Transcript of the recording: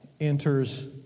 enters